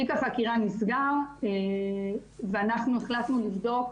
תיק החקירה נסגר, ואנחנו החלטנו לבדוק